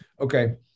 Okay